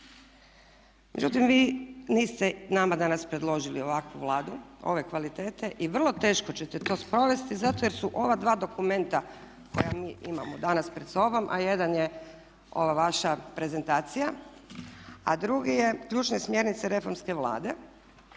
Međutim, vi niste nama danas predložili ovakvu Vladu, ove kvalitete, i vrlo teško ćete to sprovesti zato jer su ova dva dokumenta koja mi imamo danas pred sobom, a jedan je ova vaša prezentacija, a drugi je "Ključne smjernice reformske vlade".